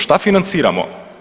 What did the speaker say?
Šta financiramo?